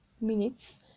minutes